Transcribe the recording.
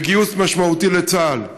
וגיוס משמעותי לצה"ל.